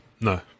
No